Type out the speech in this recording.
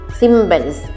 symbols